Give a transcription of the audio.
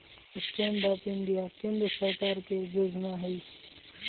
stand up India केंद्र सरकार के जोजना हइ